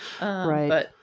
Right